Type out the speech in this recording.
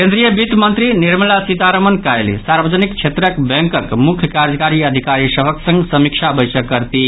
केंद्रीय वित्त मंत्री निर्मला सीतारमण काल्हि सार्वजनिक क्षेत्रक बैंकक मुख्य कार्यकारी अधिकारी सभक संग समीक्षा बैसक करतीह